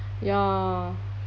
ya